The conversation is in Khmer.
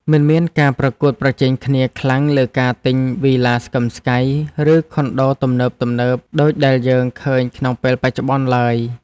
មិនមានការប្រកួតប្រជែងគ្នាខ្លាំងលើការទិញវីឡាស្កឹមស្កៃ ឬខុនដូទំនើបៗដូចដែលយើងឃើញក្នុងពេលបច្ចុប្បន្នឡើយ។